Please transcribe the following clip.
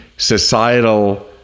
Societal